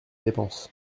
dépenses